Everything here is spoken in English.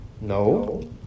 No